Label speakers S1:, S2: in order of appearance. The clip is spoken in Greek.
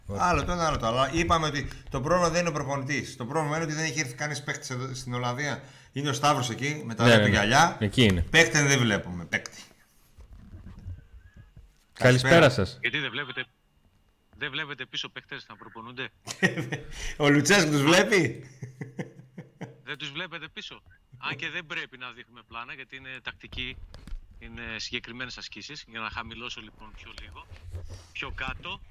S1: Ωραία.
S2: Άλλο το ένα, άλλο το άλλο. Αλλά είπαμε ότι το πρόβλημα δεν είναι ο προπονητής. Το πρόβλημα είναι ότι δεν έχει έρθει κανείς παίκτης εδώ- στην Ολλανδία. Είναι ο Σταύρος εκεί, με τα
S1: Ναι,
S2: ρέπε
S1: ναι, ναι.
S2: γυαλιά.
S1: Εκεί είναι.
S2: Παίκτη δεν βλέπουμε. Παίκτη.
S1: Καλησπέρα
S2: Καλησπέρα.
S1: σας.
S3: Γιατί δεν βλέπετε- δεν βλέπετε πίσω παίκτες να προπονούνται?
S2: Ο Λουτσέσκου τους βλέπει?
S3: Δεν τους βλέπετε πίσω. Αν και δεν πρέπει να δείχνουμε πλάνα, γιατί είναι τακτική, είναι συγκεκριμένες ασκήσεις. Για να χαμηλώσω, λοιπόν, πιο λίγο, πιο κάτω.